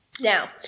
Now